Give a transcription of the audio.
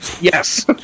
Yes